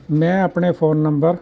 ਮੈਂ ਆਪਣੇ phone number